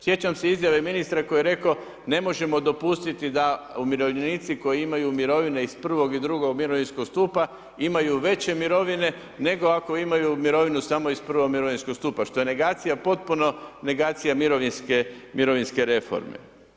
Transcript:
Sjećam se izjave ministre koji je rekao, ne možemo dopustiti da umirovljenici koji imaju mirovine iz prvog i drugog mirovinskog stupa, imaju veće mirovine, nego ako imaju mirovinu samo iz prvog mirovinskog stupa, što je negacija potpuno negacija mirovinske reforme.